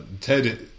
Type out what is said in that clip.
Ted